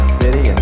city